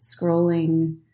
scrolling